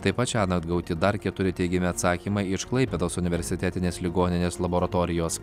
taip pat šiąnakt gauti dar keturi teigiami atsakymai iš klaipėdos universitetinės ligoninės laboratorijos